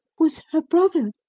was her brother.